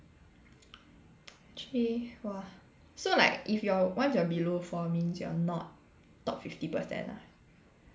actually !wah! so like if you're once if you're below four means you're not top fifty percent ah